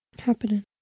Happening